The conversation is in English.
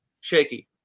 shaky